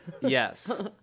Yes